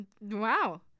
Wow